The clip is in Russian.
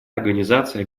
организации